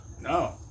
no